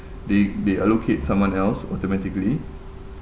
they they allocate someone else automatically